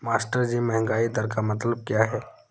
मास्टरजी महंगाई दर का मतलब क्या है?